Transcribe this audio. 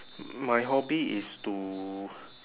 my hobby is to